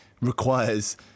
requires